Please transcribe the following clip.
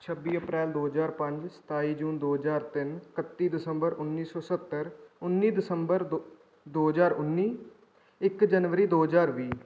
ਛੱਬੀ ਅਪ੍ਰੈਲ ਦੋ ਹਜ਼ਾਰ ਪੰਜ ਸਤਾਈ ਜੂਨ ਦੋ ਹਜ਼ਾਰ ਤਿੰਨ ਇਕੱਤੀ ਦਸੰਬਰ ਉੱਨੀ ਸੌ ਸੱਤਰ ਉੱਨੀ ਦਸੰਬਰ ਦੋ ਦੋ ਹਜ਼ਾਰ ਉੱਨੀ ਇੱਕ ਜਨਵਰੀ ਦੋ ਹਜ਼ਾਰ ਵੀਹ